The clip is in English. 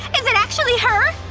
is it actually her!